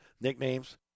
nicknames